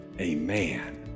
amen